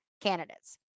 candidates